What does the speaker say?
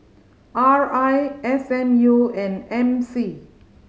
R I S M U and M C